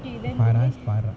farah is farah